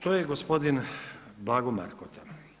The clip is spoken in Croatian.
To je gospodin Blago Markota.